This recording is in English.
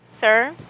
Sir